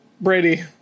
Brady